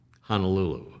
Honolulu